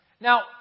Now